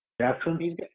Jackson